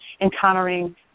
encountering